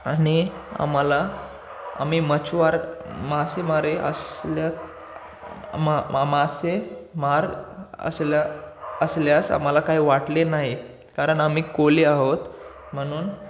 आणि आम्हाला आम्ही मछवार मासेमारी असल्या मा मा मासेमार असल्या असल्यास आम्हाला काय वाटले नाही कारण आम्ही कोळी आहोत म्हणून